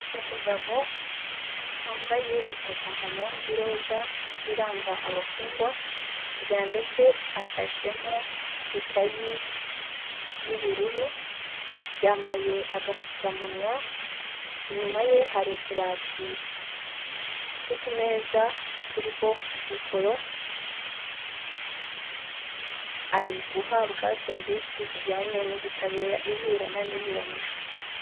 Umugabo wambaye impuzankano y'iroza iranga abafungwa, mu kiganza cye afashemo ikayi y'ubururu yambaye agapfukamunwa, inyuma ye hari utubati tw'utumeza turiho mikoro, ari guhabwa serivisi zijyanye n'ubutabera iburana n'iburanishwa.